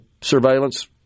surveillance